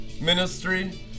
ministry